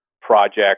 project